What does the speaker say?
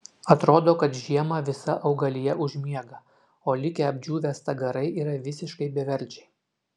atrodo kad žiemą visa augalija užmiega o likę apdžiūvę stagarai yra visiškai beverčiai